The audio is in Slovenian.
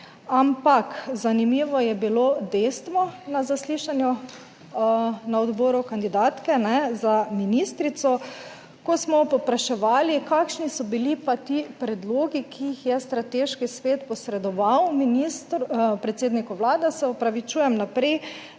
ampak zanimivo je bilo dejstvo na zaslišanju na odboru kandidatke za ministrico, ko smo povpraševali, kakšni so bili pa ti predlogi, ki jih je strateški svet posredoval **38. TRAK (VI) 16.05** (nadaljevanje)